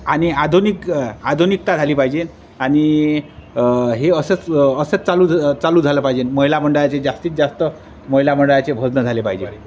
आणि आधुनिक आधुनिकता झाली पाहिजे आणि हे असंच असंच चालू झा चालू झालं पाहिजे महिला मंडळचे जास्तीत जास्त महिला मंडळचे भजनं झाले पाहिजे